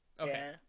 Okay